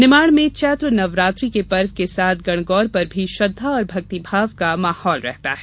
निमाड़ में चैत्र नवरात्रि पर्व के साथ गणगौर पर भी श्रद्धा और भक्तिभाव का माहौल रहता है